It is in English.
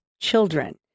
children